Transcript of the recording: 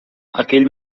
aquell